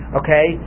okay